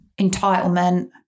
entitlement